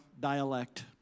dialect